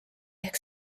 ehk